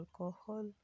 alcohol